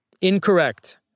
Incorrect